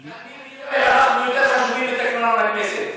אנחנו יותר חשובים מתקנון הכנסת.